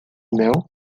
mel